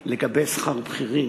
לגבי שכר בכירים,